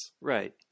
Right